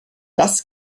das